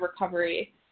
recovery